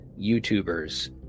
YouTubers